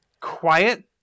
quiet